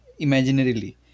imaginarily